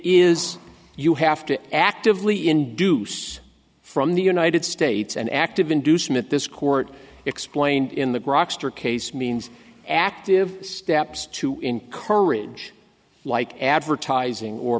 is you have to actively induce from the united states an active inducement this court explained in the grokster case means active steps to encourage like advertising or